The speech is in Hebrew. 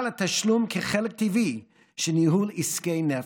לתשלום כחלק טבעי של ניהול עסקי נפט.